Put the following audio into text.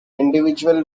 individual